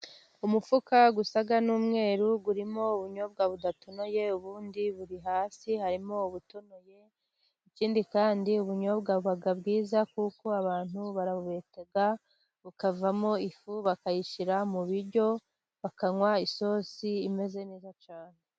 umufuka usa n'umweru urimo ubunyobwa budatonoye, ubundi buri hasi harimo ubutonoye. Ikindi kandi ubunyobwa buba bwiza, kuko abantu barabubeta bukavamo ifu bakayishyira mu biryo bakanywa isosi imeze neza cyane.